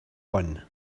won